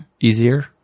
easier